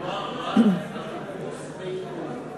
מדובר רק על חיפוש ועיכוב.